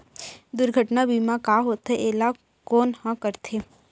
दुर्घटना बीमा का होथे, एला कोन ह करथे?